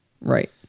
Right